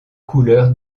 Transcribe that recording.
couleur